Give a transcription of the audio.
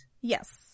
Yes